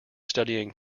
studying